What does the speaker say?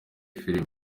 film